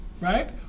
right